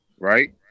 Right